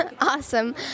awesome